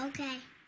Okay